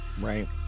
Right